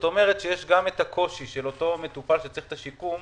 יש גם את הקושי של המטופל שצריך שיקום.